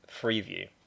Freeview